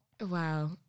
wow